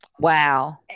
Wow